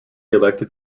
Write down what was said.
elected